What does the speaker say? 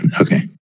okay